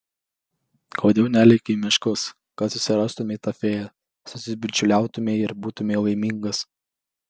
kodėl neleki į miškus kad susirastumei tą fėją susibičiuliautumei ir būtumei laimingas